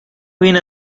viene